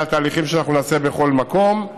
אלה התהליכים שנעשה בכל מקום,